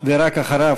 ורק אחריו,